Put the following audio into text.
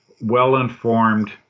well-informed